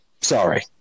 Sorry